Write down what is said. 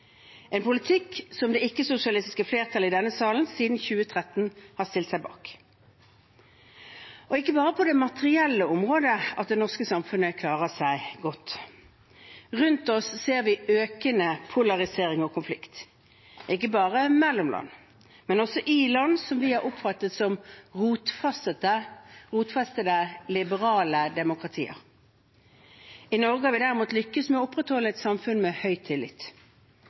en politikk som det ikke-sosialistiske flertallet i denne salen siden 2013 har stilt seg bak. Det er ikke bare på det materielle området at det norske samfunnet klarer seg godt. Rundt oss ser vi økende polarisering og konflikt, ikke bare mellom land, men også i land som vi har oppfattet som rotfestede liberale demokratier. I Norge har vi derimot lyktes med å opprettholde et samfunn med høy tillit.